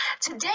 Today